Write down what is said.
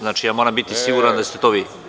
Znači, ja moram biti siguran da ste to vi.